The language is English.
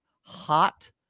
hot